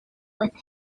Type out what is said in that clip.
with